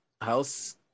house